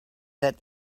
that